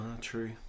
true